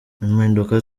impinduka